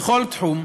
ובכל תחום,